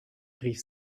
rief